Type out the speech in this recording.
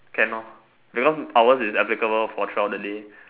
can lor because ours it's applicable for throughout the day